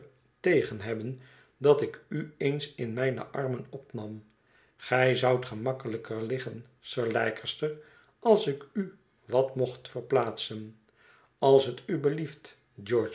tegen hebben dat ik u eens in mijne armen opnam gij zoudt gemakkelijker liggen sir leicester als ik u wat mocht verplaatsen als het u belieft